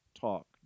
talk